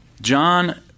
John